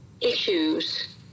issues